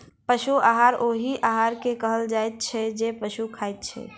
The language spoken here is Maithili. पशु आहार ओहि आहार के कहल जाइत छै जे पशु खाइत छै